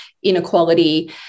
inequality